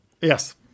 Yes